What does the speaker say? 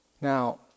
Now